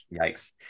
yikes